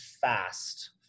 fast